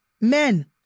men